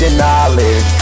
knowledge